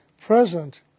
present